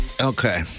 Okay